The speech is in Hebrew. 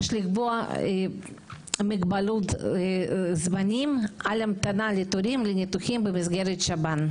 לקבוע מגבלות זמנים על המתנה לתורים לניתוחים במסגרת שב"ן.